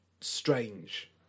Strange